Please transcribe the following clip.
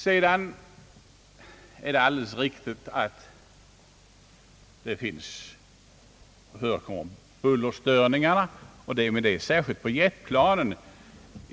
Det är alldeles riktigt att bullerstörningar förekommer, särskilt från jetflygplan.